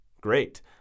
great